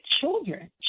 children